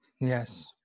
Yes